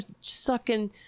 sucking